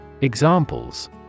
Examples